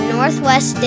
Northwest